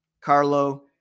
Carlo